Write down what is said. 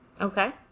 Okay